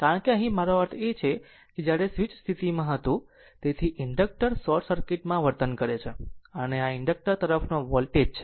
કારણ કે અહીં મારો અર્થ એ છે કે જ્યારે સ્વીચ સ્થિતિમાં હતું a તેથી ઇન્ડક્ટર શોર્ટ સર્કિટ માં વર્તન કરે છે અને આ ઇન્ડક્ટર તરફનો વોલ્ટેજ છે